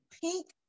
pink